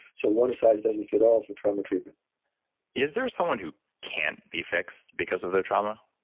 so one size doesn't fit all for trauma treatment is there someone who can't be fixed because of their trauma,